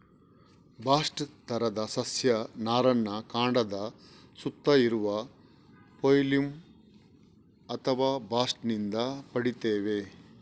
bast ತರದ ಸಸ್ಯ ನಾರನ್ನ ಕಾಂಡದ ಸುತ್ತ ಇರುವ ಫ್ಲೋಯಂ ಅಥವಾ ಬಾಸ್ಟ್ ನಿಂದ ಪಡೀತೇವೆ